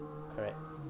correct